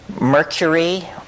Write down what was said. Mercury